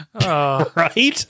Right